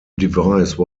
device